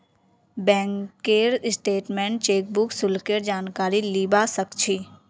बैंकेर स्टेटमेन्टत चेकबुक शुल्केर जानकारी लीबा सक छी